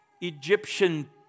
Egyptian